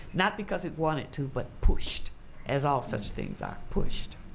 not because it wanted to, but pushed as all such things are, pushed.